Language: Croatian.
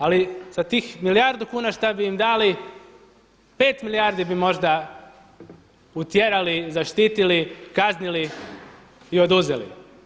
Ali sa tih milijardu kuna šta bi im dali, 5 milijardi bi možda utjerali, zaštitili, kaznili i oduzeli.